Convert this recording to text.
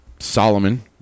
Solomon